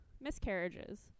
miscarriages